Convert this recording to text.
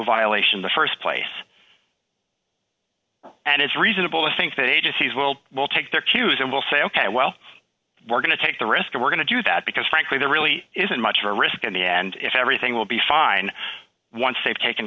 violation the st place and it's reasonable to think that agencies will will take their cues and will say ok well we're going to take the risk that we're going to do that because frankly there really isn't much of a risk in the end if everything will be fine once they've taken